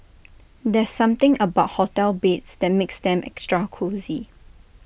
there's something about hotel beds that makes them extra cosy